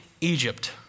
Egypt